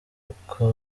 kuko